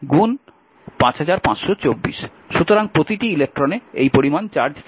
কারণ প্রতিটি ইলেক্ট্রনে এই পরিমান চার্জ থাকে